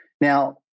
Now